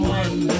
one